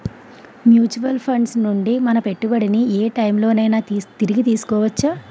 Mutual funds నుండి మన పెట్టుబడిని ఏ టైం లోనైనా తిరిగి తీసుకోవచ్చా?